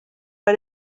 bei